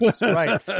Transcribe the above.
Right